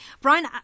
Brian